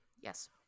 Yes